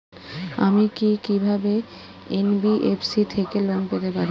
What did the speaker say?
আমি কি কিভাবে এন.বি.এফ.সি থেকে লোন পেতে পারি?